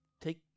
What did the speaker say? take